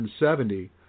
170